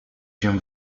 się